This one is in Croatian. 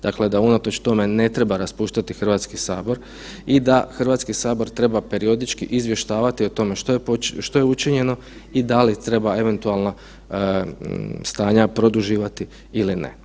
Dakle, da unatoč tome ne treba raspuštati Hrvatski sabor i da Hrvatski sabor treba periodički izvještavati o tome što je učinjeno i da li treba eventualna stanja produživati ili ne.